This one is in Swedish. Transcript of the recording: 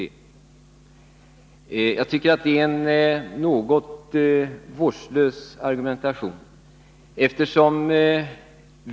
Jag tycker det är en något vårdslös argumentation.